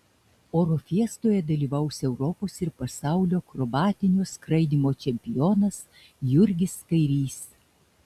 oro fiestoje dalyvaus europos ir pasaulio akrobatinio skraidymo čempionas jurgis kairys